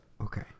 Okay